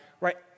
Right